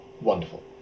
Wonderful